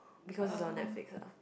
because is on Netflix ah